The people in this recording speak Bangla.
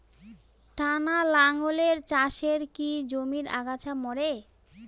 টানা লাঙ্গলের চাষে কি জমির আগাছা মরে?